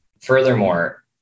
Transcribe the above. furthermore